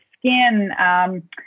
skin